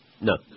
No